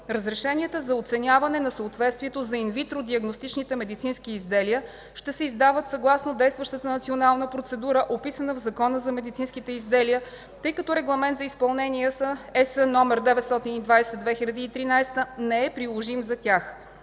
Разрешенията за оценяване на съответствието за ин витро диагностичните медицински изделия ще се издават съгласно действащата национална процедура, описана в Закона за медицинските изделия, тъй като Регламент за изпълнение (ЕС) № 920/2013 не е приложим за тях.